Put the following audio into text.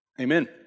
Amen